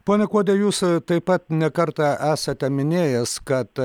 pone kuodi jūs taip pat ne kartą esate minėjęs kad